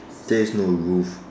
there is no roof